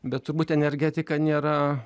bet turbūt energetika nėra